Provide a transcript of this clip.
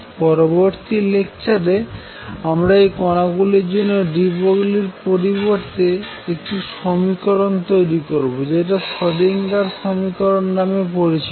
পরবর্তী লেকচারে আমরা এই কনাগুলির জন্য ডি ব্রগলি তরঙ্গের পরিবর্তে একটি সমীকরণ তৈরি করবো যেটা শ্রোডিংগার সমীকরণ নামে পরিচিত